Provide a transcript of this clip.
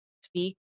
speak